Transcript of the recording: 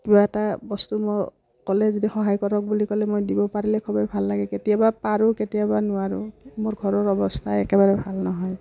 কিবা এটা বস্তু মোৰ ক'লে যদি সহায় কৰক বুলি ক'লে মই দিব পাৰিলে খবেই ভাল লাগে কেতিয়াবা পাৰোঁ কেতিয়াবা নোৱাৰোঁ মোৰ ঘৰৰ অৱস্থা একেবাৰে ভাল নহয়